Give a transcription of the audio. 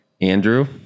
Andrew